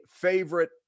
favorite